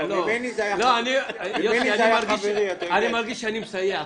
אני מרגיש שאני מסייע.